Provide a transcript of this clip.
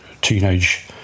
teenage